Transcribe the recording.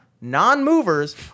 non-movers